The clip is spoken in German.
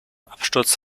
absturz